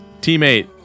Teammate